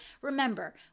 remember